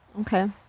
Okay